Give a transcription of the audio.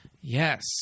Yes